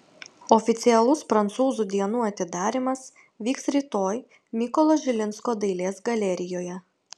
oficialus prancūzų dienų atidarymas vyks rytoj mykolo žilinsko dailės galerijoje